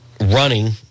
running